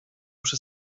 przy